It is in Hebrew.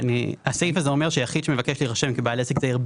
הסעיף הזה אומר שיחיד שמבקש להירשם כבעל עסק זעיר,